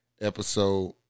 episode